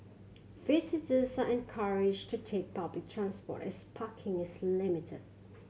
visitors are encouraged to take public transport as parking is limited